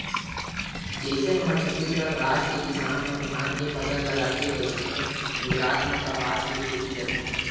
जइसे हमर छत्तीसगढ़ राज के किसान मन धान के फसल लगाथे वइसने गुजरात म कपसा के खेती करथे